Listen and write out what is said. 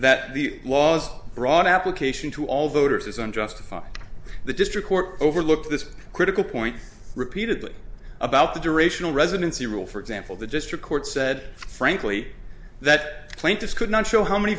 that the laws brought application to all voters is unjustified the district court overlooked this critical point repeatedly about the durational residency rule for example the district court said frankly that plaintiffs could not show how many